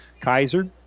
Kaiser